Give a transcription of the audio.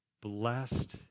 blessed